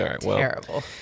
Terrible